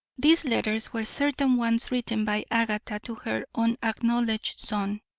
these letters were certain ones written by agatha to her unacknowledged son.